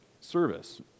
service